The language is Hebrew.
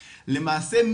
למעשה,